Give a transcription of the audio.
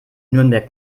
nürnberg